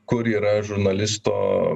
kur yra žurnalisto